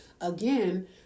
again